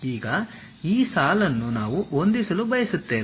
ಈಗ ಈ ಸಾಲನ್ನು ನಾವು ಹೊಂದಿಸಲು ಬಯಸುತ್ತೇವೆ